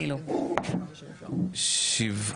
שבעה.